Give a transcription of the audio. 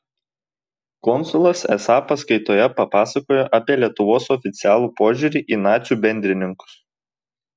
konsulas esą paskaitoje papasakojo apie lietuvos oficialų požiūrį į nacių bendrininkus